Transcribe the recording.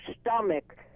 stomach